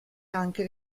anche